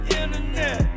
internet